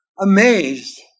amazed